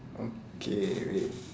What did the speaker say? okay wait